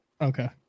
Okay